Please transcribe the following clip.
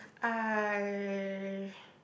I